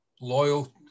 loyal